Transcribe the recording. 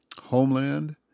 Homeland